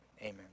Amen